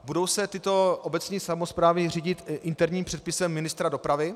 Budou se tyto obecní samosprávy řídit interním předpisem ministra dopravy?